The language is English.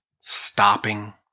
stopping